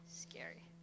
Scary